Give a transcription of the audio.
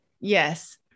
Yes